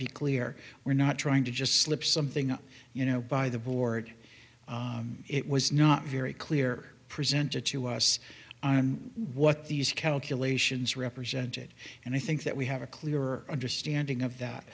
be clear we're not trying to just slip something on you know by the board it was not very clear presented to us on what these calculations represented and i think that we have a clearer understanding of that